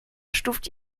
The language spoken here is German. stuft